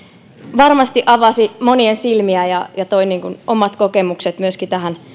varmasti avasi monien silmiä ja ja toi omat kokemukset myöskin tähän